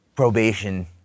Probation